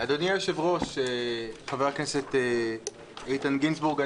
אדוני היושב-ראש חבר הכנסת איתן גינזבורג,